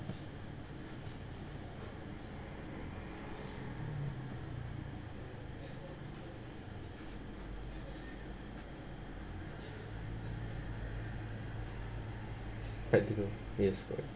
practical yes correct